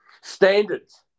Standards